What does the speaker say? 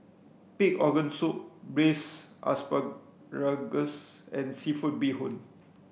pig organ soup braised asparagus and seafood Bee Hoon